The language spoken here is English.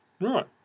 Right